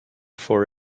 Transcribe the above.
for